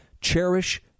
Cherish